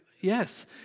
Yes